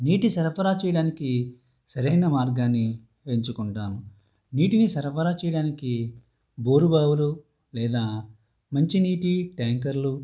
నీటి సరఫరా చేయడానికి సరైన మార్గాన్ని ఎంచుకుంటాం నీటిని సరఫరా చేయడానికి బోరు బావులు లేదా మంచినీటి ట్యాంకర్లు